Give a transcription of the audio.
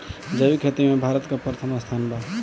जैविक खेती में भारत का प्रथम स्थान बा